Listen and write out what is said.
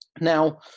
Now